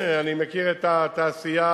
אני מכיר את התעשייה,